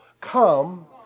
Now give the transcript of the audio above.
Come